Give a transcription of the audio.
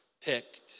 picked